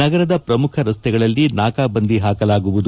ನಗರದ ಪ್ರಮುಖ ರಸ್ತೆಗಳಲ್ಲಿ ನಾಕಾಬಂದಿ ಹಾಕಲಾಗುವುದು